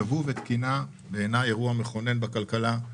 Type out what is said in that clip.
ייבוא ותקינה הם בעיני אירוע מכונן בכלכלה.